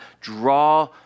Draw